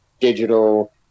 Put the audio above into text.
digital